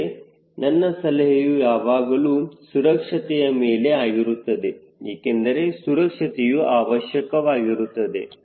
ಆದರೆ ನನ್ನ ಸಲಹೆಯೂ ಯಾವಾಗಲೂ ಸುರಕ್ಷತೆಯ ಮೇಲೆ ಆಗಿರುತ್ತದೆ ಏಕೆಂದರೆ ಸುರಕ್ಷತೆಯು ಅವಶ್ಯಕವಾಗಿರುತ್ತದೆ